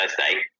Thursday